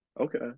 Okay